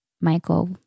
Michael